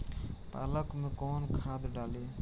पालक में कौन खाद डाली?